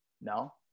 No